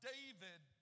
David